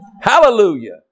Hallelujah